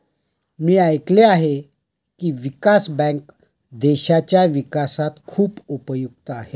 मी ऐकले आहे की, विकास बँक देशाच्या विकासात खूप उपयुक्त आहे